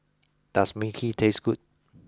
does Mui Kee taste good